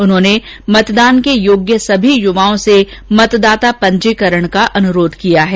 उन्होंने मतदान के योग्य सभी युवाओं से मतदाता पंजीकरण का अनुरोध किया है